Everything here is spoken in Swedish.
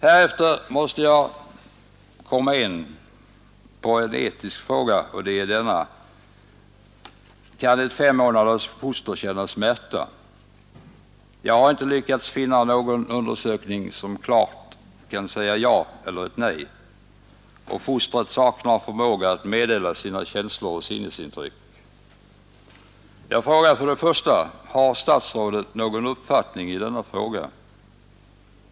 Härefter måste jag komma in på en etisk fråga, och det är denna: Kan ett fem månaders foster känna smärta? Jag har inte lyckats finna någon undersökning som klart kan säga ett ja eller ett nej, och fostret saknar förmåga att meddela sina känslor och sinnesintryck. Jag frågar: 1. Har statsrådet någon uppfattning i denna fråga?